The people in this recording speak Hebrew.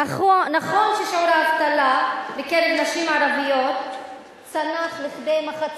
נכון ששיעור האבטלה בקרב נשים ערביות צנח לכדי מחצית,